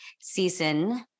season